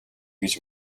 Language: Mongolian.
гэж